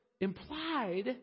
implied